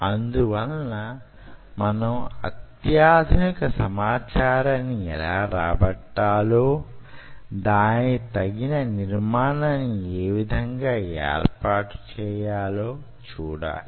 అందువలన మనం అత్యధికమైన సమాచారాన్ని ఎలా రాబట్టలో దానికి తగిన నిర్మాణాన్ని యే విధంగా యేర్పాటు చేయాలో చూడాలి